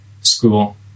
school